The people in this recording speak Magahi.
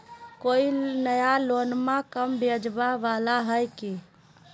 कोइ नया लोनमा कम ब्याजवा वाला हय की?